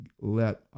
let